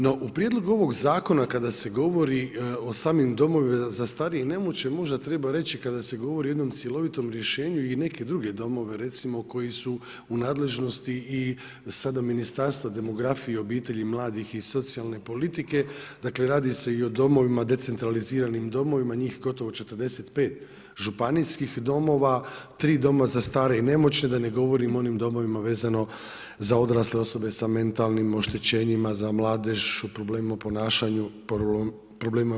No u prijedlogu ovoga zakona kada se govori o samim domovina za starije i nemoćne, možda treba reći kada se govori o jednom cjelovito rješenju i neke druge domove recimo koji su u nadležnosti i sada Ministarstva demografije, obitelji i mladih i socijalne politike, dakle radi se i o domovima, decentraliziranim domovima, njih gotovo 45 županijskih domova, 3 doma za starije i nemoćne, da ne govorim o onim domovima vezano za odrasle osobe sa mentalnim oštećenjima, za mladež, o problemu u ponašanju i sl.